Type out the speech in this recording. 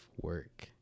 work